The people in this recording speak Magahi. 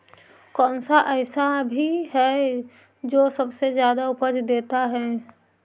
कौन सा ऐसा भी जो सबसे ज्यादा उपज देता है?